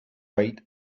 white